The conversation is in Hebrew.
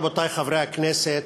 רבותי חברי הכנסת,